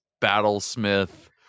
battlesmith